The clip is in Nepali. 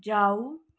जाऊ